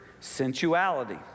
sensuality